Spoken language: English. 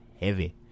Heavy